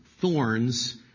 thorns